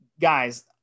guys